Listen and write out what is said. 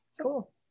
Cool